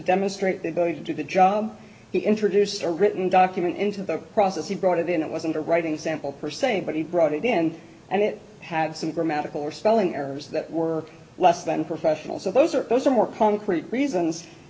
demonstrate the ability to do the job he introduced a written document into the process he brought it in it wasn't a writing sample per se but he brought it in and it had some grammatical or spelling errors that were less than professional so those are those are more concrete reasons